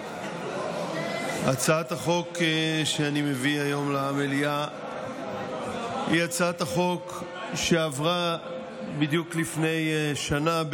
הצעת החוק שאני מביא היום למליאה היא הצעת חוק שעברה בדיוק לפני שנה,